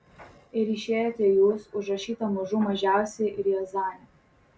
ir išėjote jūs užrašyta mažų mažiausiai riazanė